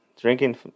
drinking